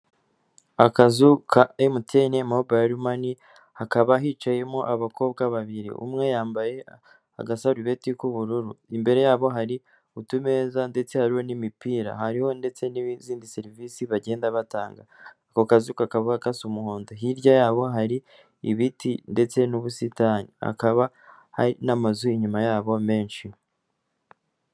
akazu ka MTN mobile money, hakaba hicayemo abakobwa babiri umwe yambaye agasarubeti k'ubururu ,imbere yabo hari utumeza ndetse hari n'imipira, hariho ndetse n'izindi serivisi bagenda batanga. Ako kazu kakaba gasa umuhondo, hirya yako hari ibiti ndetse n'ubusitanikaba, hakaba hari n'amazu inyuma yabo menshi.